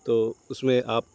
تو اس میں آپ